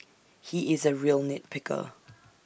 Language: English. he is A real nit picker